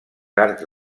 arcs